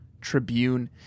Tribune